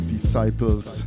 Disciples